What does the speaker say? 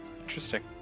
interesting